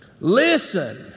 Listen